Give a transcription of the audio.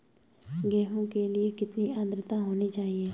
गेहूँ के लिए कितनी आद्रता होनी चाहिए?